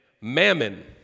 mammon